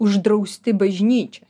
uždrausti bažnyčioj